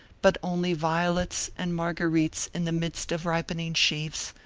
but only violets and marguerites in the midst of ripening sheafs.